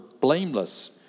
blameless